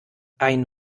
ein